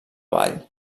vall